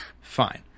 Fine